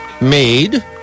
made